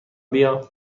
بیا